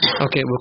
Okay